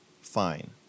fine